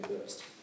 first